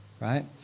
right